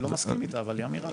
לא מסכים איתה, אבל היא אמירה.